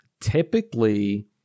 Typically